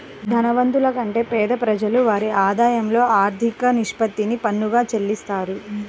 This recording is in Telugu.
ధనవంతుల కంటే పేద ప్రజలు వారి ఆదాయంలో అధిక నిష్పత్తిని పన్నుగా చెల్లిత్తారు